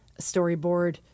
storyboard